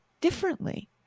differently